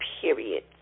period